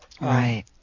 right